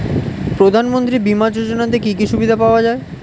প্রধানমন্ত্রী বিমা যোজনাতে কি কি সুবিধা পাওয়া যায়?